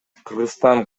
кыргызстан